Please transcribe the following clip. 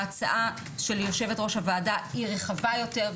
ההצעה של יושבת-ראש הוועדה היא רחבה יותר,